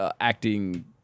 acting